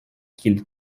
kiel